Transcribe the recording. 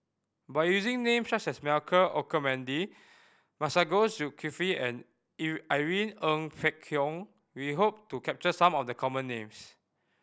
by using names such as Michael Olcomendy Masagos Zulkifli and Irene Ng Phek Hoong we hope to capture some of the common names